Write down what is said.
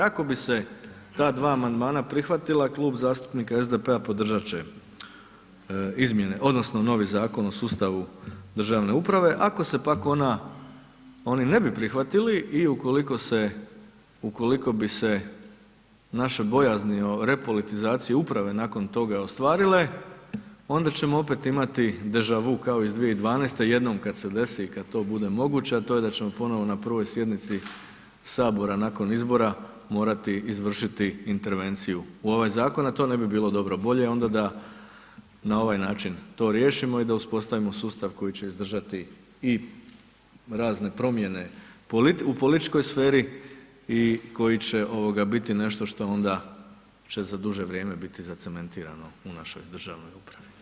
Ako bi se ta dva amandmana prihvatila, Klub zastupnika SDP-a podržat će izmjene odnosno novi Zakon o sustavu državne uprave, ako se pak ona, oni ne bi prihvatili i ukoliko se, ukoliko bi se naše bojazni o repolitizaciji uprave nakon toga ostvarile, onda ćemo opet imati državu kao iz 2012. jednom kad se desi i kad to bude moguće, a to je da ćemo ponovo na prvoj sjednici HS nakon izbora morati izvršiti intervenciju u ovaj zakon, a to ne bi bilo dobro, bolje onda da na ovaj način to riješimo i da uspostavimo sustav koji će izdržati i razne promjene u političkoj sferi i koji će biti nešto što onda će za duže vrijeme biti zacementirano u našoj državnoj upravi.